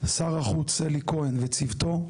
שר החוץ אלי כהן וצוותו,